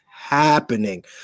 happening